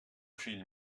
fill